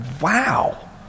wow